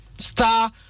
Star